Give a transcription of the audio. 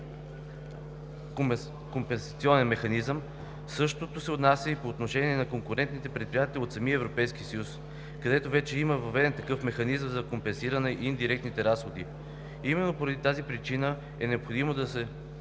компенсационен механизъм. Същото се отнася и по отношение на конкурентните предприятия от самия Европейски съюз, където вече има въведен такъв механизъм за компенсиране на индиректните разходи. Именно поради тази причина е необходимо да се